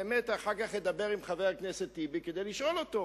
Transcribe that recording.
אחר כך אני באמת אדבר עם חבר הכנסת טיבי כדי לשאול אותו.